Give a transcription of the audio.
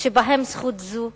שבהם זכות זו מתקיימת: